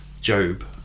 Job